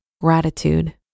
gratitude